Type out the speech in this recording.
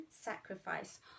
sacrifice